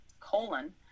colon